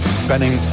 Benning